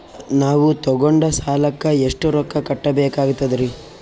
ನಾವು ತೊಗೊಂಡ ಸಾಲಕ್ಕ ಎಷ್ಟು ರೊಕ್ಕ ಕಟ್ಟಬೇಕಾಗ್ತದ್ರೀ?